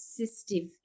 assistive